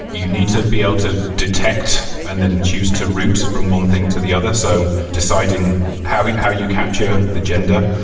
you need to be able to detect and then choose to route from one thing to the other. so deciding how how you capture the gender,